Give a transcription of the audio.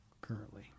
currently